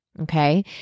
Okay